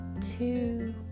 two